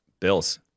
Bills